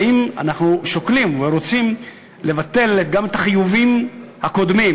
אנחנו שוקלים ורוצים לבטל גם את החיובים הקודמים,